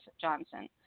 Johnson